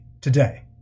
today